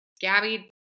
Gabby